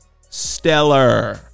stellar